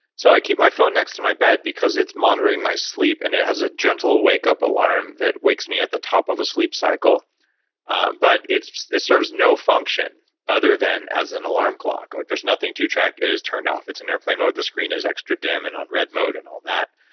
so i keep my phone next to my bed because it's monitoring my sleep and it has a gentle wake up alarm that wakes me at the top of a sleep cycle but it serves no function other than as an alarm clock. like there's nothing to track. it is turned off. it's in airplane mode. the screen is extra dim and on red mode and all that.